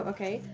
Okay